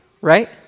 Right